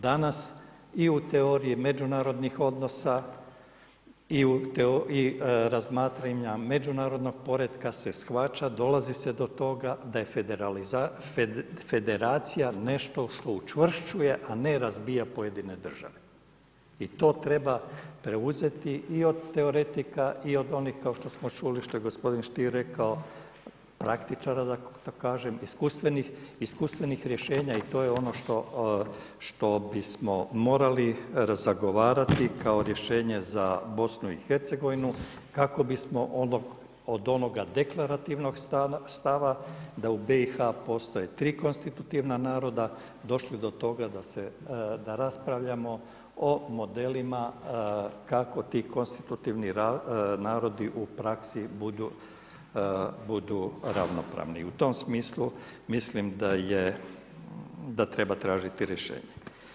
Danas i u teoriji međunarodnih odnosa i razmatranja međunarodnog poretka se shvaća, dolazi se do toga da je federacija nešto što učvršćuje, a ne razbija pojedine države i to treba preuzeti i od teoretika i od onih kao što smo čuli, što je gospodin Stier rekao, praktičara da kažem, iskustvenih rješenja i to je ono što bismo morali zagovarati kao rješenje za BiH kako bismo od onoga deklarativnog stava, da u BiH postoje tri konstitutivna naroda, došli do toga da raspravljamo o modelima kako ti konstitutivni narodi u praksi budu ravnopravni i u tom smislu mislim da treba tražiti rješenje.